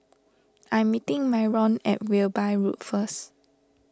I am meeting Myron at Wilby Road first